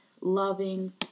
loving